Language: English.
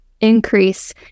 increase